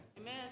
Amen